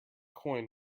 coin